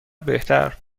بهتر